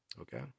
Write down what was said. okay